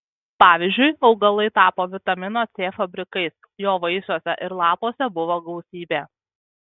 pavyzdžiui augalai tapo vitamino c fabrikais jo vaisiuose ir lapuose buvo gausybė